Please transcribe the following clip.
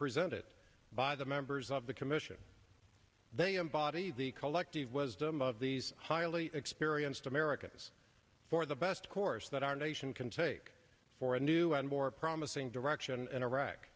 presented by the members of the commission they embody the collective wisdom of these highly experienced americans for the best course that our nation can take for a new and more promising direction in iraq